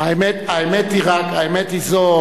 האמת היא זו,